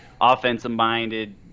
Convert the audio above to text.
offensive-minded